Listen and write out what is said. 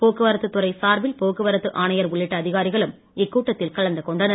போக்குவரத்துத் துறை சார்பில் போக்குவரத்து ஆணையர் உள்ளிட்ட அதிகாரிகளம் இக்கூட்டத்தில் கலந்துகொண்டனர்